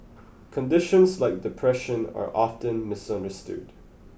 conditions like depression are often misunderstood